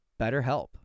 BetterHelp